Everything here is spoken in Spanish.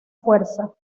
fuerza